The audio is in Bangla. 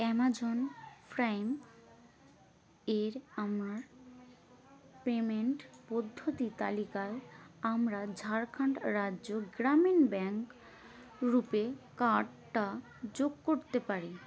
অ্যামাজন প্রাইমের আমার পেমেন্ট পদ্ধতির তালিকায় আমরা ঝাড়খান্ড রাজ্য গ্রামীণ ব্যাঙ্ক রুপে কার্ডটা যোগ করতে পারি